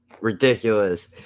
ridiculous